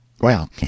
Well